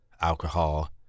alcohol